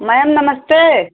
ma'am नमस्ते